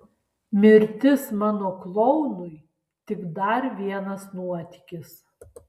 mirtis mano klounui tik dar vienas nuotykis